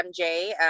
MJ